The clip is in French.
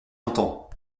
entend